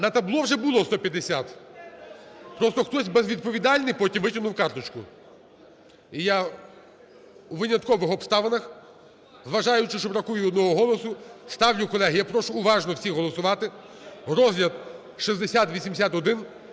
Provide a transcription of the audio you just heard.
На табло вже було 150, просто хтось безвідповідальний потім витягнув карточку. І я у виняткових обставинах, зважаючи, що бракує одного голосу, ставлю, колеги, я прошу уважно всіх голосувати, розгляд 6081